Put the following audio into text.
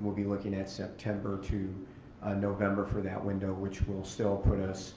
we'll be looking at september to november for that window, which will still put us